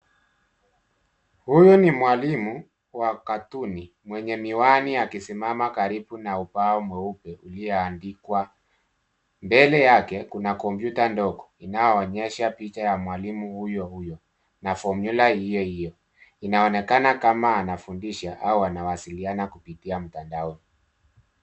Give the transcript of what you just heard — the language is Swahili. Huyu ni mwalimu wa cartoon mwenye miwani akisimama karibu na ubao mweupe ulioandikwa. Mbele yake, kuna kompyuta dogo inayoonyesha picha ya mwalimu huyo huyo na formula hiyo hiyo. Inaonekana kama anafundisha au anawasiliana kupitia mtandaoni.